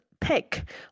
pick